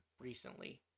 recently